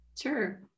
Sure